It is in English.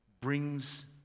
brings